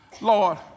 Lord